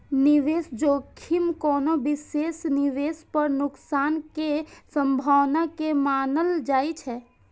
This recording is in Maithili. निवेश जोखिम कोनो विशेष निवेश पर नुकसान के संभावना के मानल जाइ छै